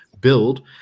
build